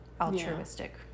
altruistic